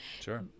sure